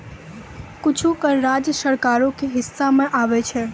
कुछो कर राज्य सरकारो के हिस्सा मे आबै छै